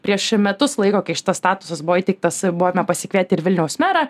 prieš metus laiko kai šitas statusas buvo įteiktas buvome pasikvietę ir vilniaus merą